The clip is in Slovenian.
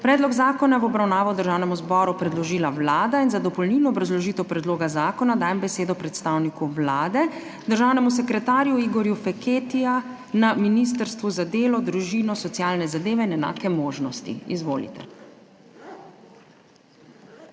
Predlog zakona je v obravnavo Državnemu zboru predložila Vlada. Za dopolnilno obrazložitev predloga zakona dajem besedo predstavniku Vlade, državnemu sekretarju Igorju Feketiji na Ministrstvu za delo, družino, socialne zadeve in enake možnosti. Izvolite.